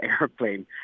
airplane